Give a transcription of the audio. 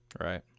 Right